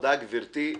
תודה גברתי.